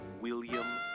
William